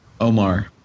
Omar